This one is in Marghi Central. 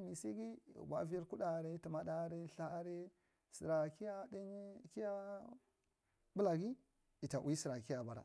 misige kiya buvi vi kuɗa aria ltha aria tummaɗa ami ltha aria sera ɓukge yada ui sara kiya bara.